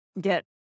get